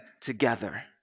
together